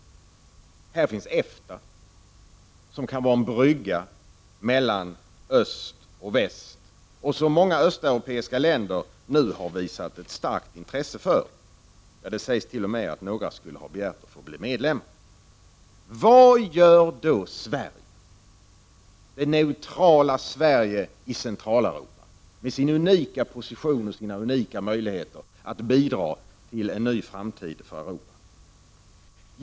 Här finns EFTA, som kan vara en brygga mellan öst och väst och som många östeuropeiska länder nu har visat ett starkt intresse för. Det sägs t.o.m. att några skulle ha begärt att få bli medlemmar. Vad gör då Sverige, det neutrala Sverige i Centraleuropa med sin unika position och sina unika möjligheter, för att bidra till en ny framtid för Europa?